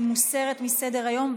היא מוסרת מסדר-היום.